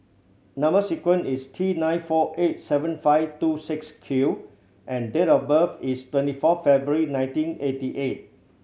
number sequence is T nine four eight seven five two six Q and date of birth is twenty fourth February nineteen eighty eight